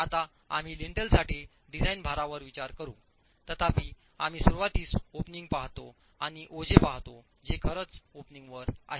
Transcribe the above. आता आम्ही लिन्टलसाठी डिझाइन भारांवर विचार करूतथापि आम्ही सुरवातीस ओपनिंग पाहतो आणि ओझे पाहतो जे खरंच ओपनिंग वर आहेत